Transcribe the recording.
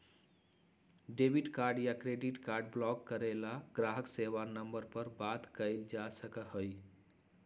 debit card या credit card block करे ला ग्राहक सेवा नंबर पर बात कइल जा सका हई